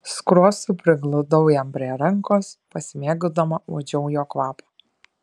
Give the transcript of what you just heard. skruostu prigludau jam prie rankos pasimėgaudama uodžiau jo kvapą